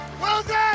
Wilson